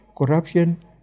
Corruption